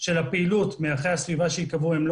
של הפעילות מערכי הסביבה שייקבעו הם לא